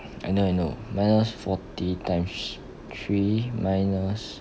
I know I know minus forty times three minus